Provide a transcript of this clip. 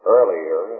Earlier